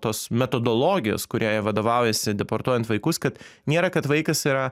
tos metodologijos kuria jie vadovaujuosi deportuojant vaikus kad nėra kad vaikas yra